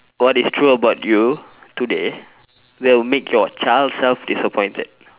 what is true about you today that will make your child self disappointed